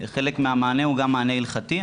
וחלק מהמענה הוא גם מענה הלכתי.